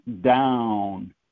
down